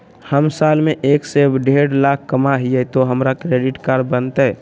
हम साल में एक से देढ लाख कमा हिये तो हमरा क्रेडिट कार्ड बनते?